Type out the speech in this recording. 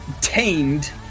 tamed